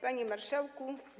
Panie Marszałku!